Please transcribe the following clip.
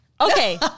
Okay